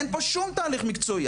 אין פה שום תהליך מקצועי,